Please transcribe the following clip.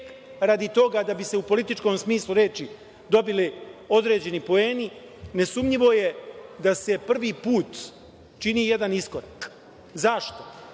radi toga da bi se u političkom smislu reči dobili određeni poeni, nesumnjivo je da se prvi put čini jedan iskorak. Zašto?